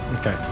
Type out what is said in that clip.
Okay